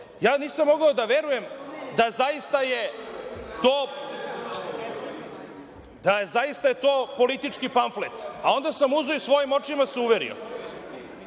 ja nisam mogao da verujem da je zaista to politički pamflet, a onda sam uzeo i svojim očima se uverio. Ja